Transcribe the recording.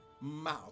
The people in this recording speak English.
mouth